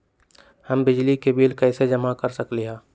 हम बिजली के बिल कईसे जमा कर सकली ह?